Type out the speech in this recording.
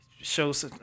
shows